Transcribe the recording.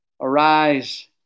Arise